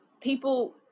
people